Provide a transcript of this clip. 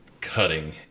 cutting